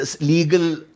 legal